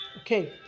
okay